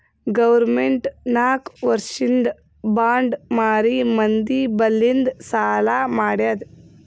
government ನಾಕ್ ವರ್ಷಿಂದ್ bond ಮಾರಿ ಮಂದಿ ಬಲ್ಲಿಂದ್ ಸಾಲಾ ಮಾಡ್ಯಾದ್